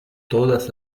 todas